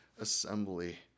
assembly